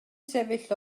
sefyll